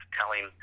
telling